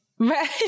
Right